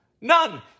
None